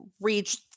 reach